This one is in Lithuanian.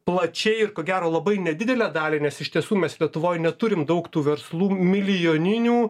plačiai ir ko gero labai nedidelę dalį nes iš tiesų mes lietuvoj neturim daug tų verslų milijoninių